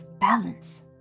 balance